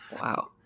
Wow